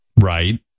Right